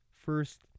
first